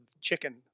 chicken